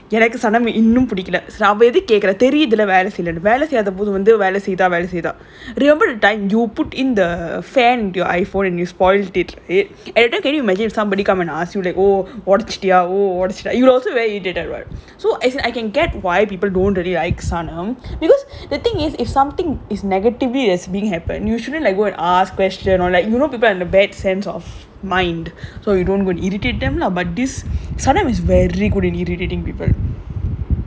எனக்கு:enakku sanam ah இன்னும் பிடிக்கல சரி அவ எதுக்கு கேக்குறா தெரிதுல வேல செய்லனு வேல செய்யாத போது வந்து வேல செய்தா வேல செய்தா:innum pidikkala sari ava ethukku kekkuraa therithula vela seilanu vela seiyaatha pothu vanthu vela seithaa vela seithaa remember the time you put in the fan into your iPhone and it spoils is it and can you imagine if somebody come and ask you like oh ஒடச்சுட்டியா:odachuttiyaa oh ஒடச்சுட்டியா:odachuttiyaa you will also very irritated what so I can get why people don't really like sanam because the thing is if something is negatively as being happen usually like go and ask question or like you know people have a bad sense of mind so you don't won't irritate them lah but this sanam is very good in irritating people